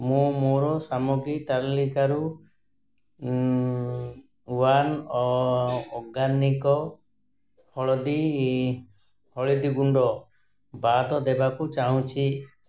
ମୁଁ ମୋର ସାମଗ୍ରୀ ତାଲିକାରୁ ୱାନ୍ ଅର୍ଗାନିକ୍ ହଳଦୀ ହଳଦୀଗୁଣ୍ଡ ବାଦ୍ ଦେବାକୁ ଚାହୁଁଛି